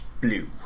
blue